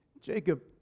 Jacob